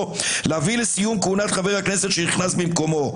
להביא לסיום כהונת חבר הכנסת שנכנס במקומו.